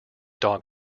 dog